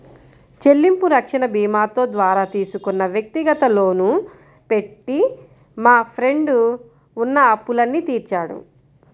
చెల్లింపు రక్షణ భీమాతో ద్వారా తీసుకున్న వ్యక్తిగత లోను పెట్టి మా ఫ్రెండు ఉన్న అప్పులన్నీ తీర్చాడు